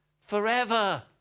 forever